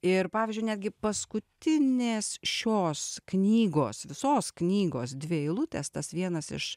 ir pavyzdžiui netgi paskutinės šios knygos visos knygos dvi eilutės tas vienas iš